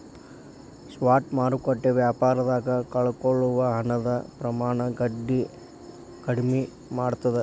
spot ಮಾರುಕಟ್ಟೆ ವ್ಯಾಪಾರದಾಗ ಕಳಕೊಳ್ಳೊ ಹಣದ ಪ್ರಮಾಣನ ಕಡ್ಮಿ ಮಾಡ್ತದ